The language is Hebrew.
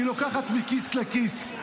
היא לוקחת מכיס לכיס.